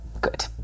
good